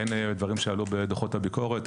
הן דברים שעלו מדו"חות הביקורת,